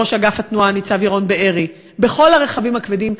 ראש אגף התנועה ניצב ירון בארי: בכל הרכבים הכבדים.